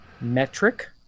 Metric